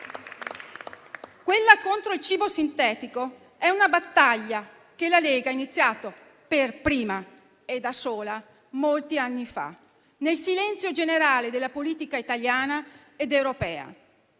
Quella contro il cibo sintetico è una battaglia che la Lega ha iniziato, per prima e da sola, molti anni fa nel silenzio generale della politica italiana ed europea,